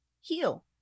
heal